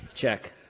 check